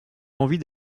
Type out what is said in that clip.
envie